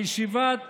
בישיבת